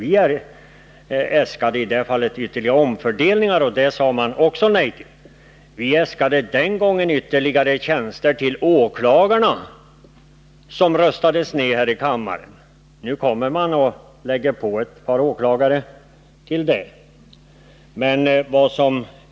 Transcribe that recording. Vi äskade ytterligare omfördelningar, och det sade man nej till. Vi begärde också ytterligare tjänster till åklagarna, och även det förslaget röstades ned här i kammaren. Nu ökar man antalet åklagare med ett par stycken i dagens förslag.